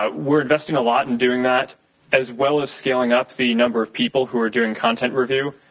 um we're investing a lot in doing that as well as scaling up the number of people who are doing content review.